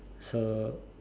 so